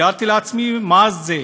תיארתי לעצמי מה זה.